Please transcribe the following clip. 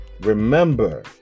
Remember